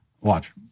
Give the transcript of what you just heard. watch